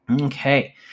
Okay